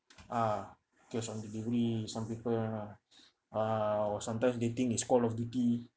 ah cash on delivery some people ah ah sometimes they think is call of duty